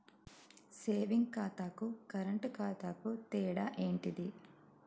Saving ఖాతాకు current ఖాతాకు తేడా ఏంటిది?